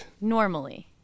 Normally